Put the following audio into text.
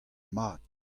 mat